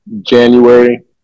January